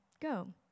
go